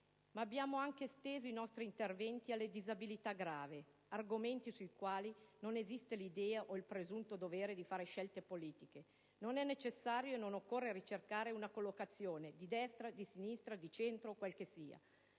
ma abbiamo esteso il nostro intervento anche alle disabilità gravi, argomenti sui quali non esiste l'idea o il presunto dovere di fare scelte politiche. Non è necessario e non occorre ricercare una collocazione, di destra, di sinistra, di centro, quella che sia.